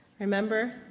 remember